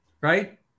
right